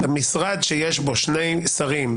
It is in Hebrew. משרד שיש בו שני שרים,